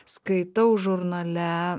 skaitau žurnale